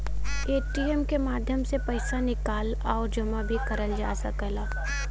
ATM के माध्यम से पइसा निकाल आउर जमा भी करल जा सकला